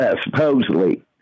supposedly